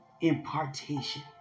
impartation